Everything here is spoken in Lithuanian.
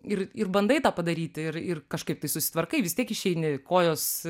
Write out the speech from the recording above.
ir ir bandai tą padaryti ir ir kažkaip tai susitvarkai vis tiek išeini kojos